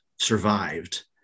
survived